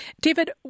David